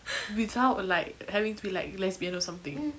without like having to be like lesbian or something